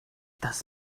das